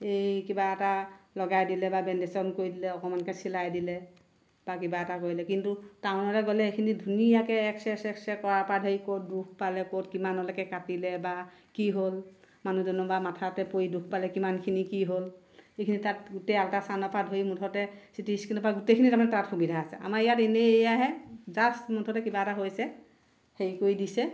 এই কিবা এটা লগাই দিলে বা বেণ্ডেজঅকণ কৰি দিলে অকণমানকৈ চিলাই দিলে বা কিবা এটা কৰিলে কিন্তু টাউনলৈ গ'লে এইখিনি ধুনীয়াকৈ এক্স ৰে চেক্স ৰে কৰাৰ পৰা ধৰি ক'ত দুখ পালে ক'ত কিমানলৈকে কাটিলে বা কি হ'ল মানুহজনে বা মাথাতে পৰি দুখ পালে কিমানখিনি কি হ'ল সেইখিনি তাত গোটেই আলট্ৰাচাউণ্ডৰ পৰা ধৰি মূঠতে চি টি স্কেনৰ পৰা গোটেইখিনি তাৰমানে তাত সুবিধা আছে আমাৰ ইয়াত এনে এয়াহে জাষ্ট মুঠতে কিবা এটা হৈছে হেৰি কৰি দিছে